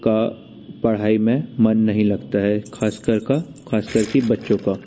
का पढ़ाई में मन नहीं लगता है खासकर का खास कर कि बच्चों का